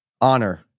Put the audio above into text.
honor